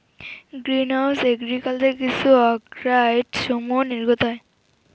green house agriculture কিছু অক্সাইডসমূহ নির্গত হয়